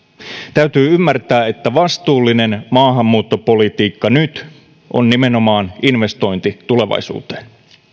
täytyy ymmärtää että vastuullinen maahanmuuttopolitiikka nyt on nimenomaan investointi tulevaisuuteen